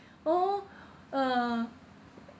hor a'ah